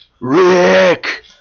Rick